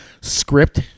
script